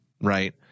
right